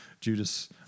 Judas